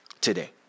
today